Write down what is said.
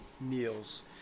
meals